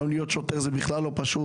היום להיות שוטר זה בכלל לא פשוט.